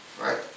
Right